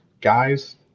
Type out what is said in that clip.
guys